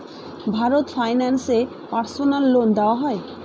Bharat finance এ personal loan দেওয়া হয়?